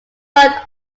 worked